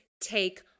take